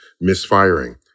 misfiring